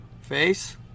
face